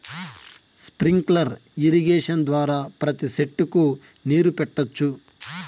sprinkler irrigation ద్వారా ప్రతి సెట్టుకు నీరు పెట్టొచ్చు